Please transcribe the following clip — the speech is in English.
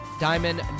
Diamond